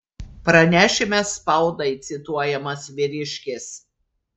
pranešime spaudai cituojamas vyriškis